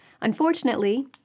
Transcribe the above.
Unfortunately